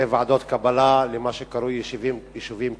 ועדות קבלה למה שקרוי יישובים קהילתיים.